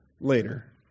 later